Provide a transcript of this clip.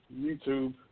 YouTube